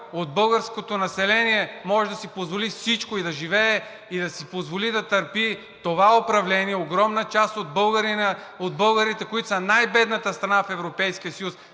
от българското население може да си позволи всичко и да живее и да си позволи да търпи това управление, огромна част от българите, които са най-бедната страна в Европейския съюз